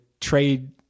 trade